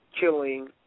killing